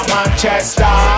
Manchester